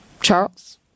Charles